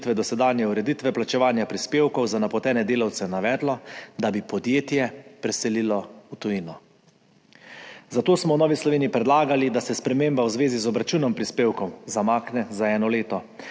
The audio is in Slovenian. dosedanje ureditve plačevanja prispevkov za napotene delavce navedlo, da bi podjetje preselili v tujino. Zato smo v Novi Sloveniji predlagali, da se sprememba v zvezi z obračunom prispevkov zamakne za eno leto,